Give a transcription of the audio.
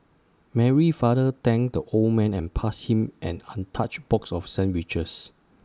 Mary's father thanked the old man and passed him an untouched box of sandwiches